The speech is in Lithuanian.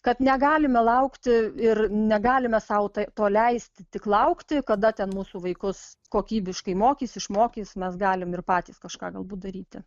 kad negalime laukti ir negalime sau tai to leisti tik laukti kada ten mūsų vaikus kokybiškai mokys išmokys mes galim ir patys kažką galbūt daryti